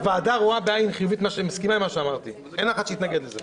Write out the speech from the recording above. הוועדה מסכימה עם מה שאמרתי, אין אחד שיתנגד לזה.